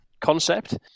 concept